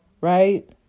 right